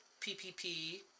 PPP